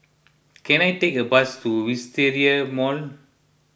can I take a bus to Wisteria Mall